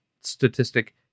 statistic